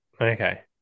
Okay